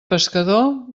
pescador